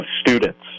students